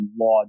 law